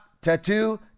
tattoo